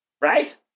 Right